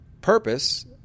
purpose